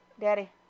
Daddy